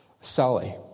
Sally